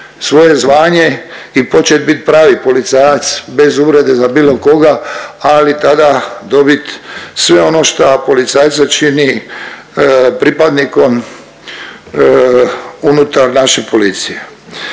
svoje zvanje i počet bit pravi policajac bez uvrede za bilo koga, ali tada dobit sve ono šta policajca čini pripadnikom unutar naše policije.